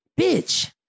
Bitch